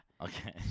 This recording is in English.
Okay